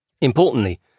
Importantly